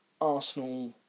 Arsenal